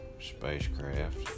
spacecraft